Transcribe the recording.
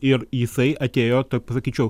ir jisai atėjo pasakyčiau